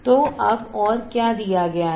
तो अब और क्या दिया गया है